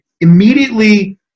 immediately